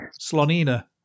Slonina